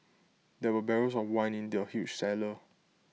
there were barrels of wine in the huge cellar